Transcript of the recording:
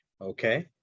Okay